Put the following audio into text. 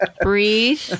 Breathe